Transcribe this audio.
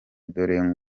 dore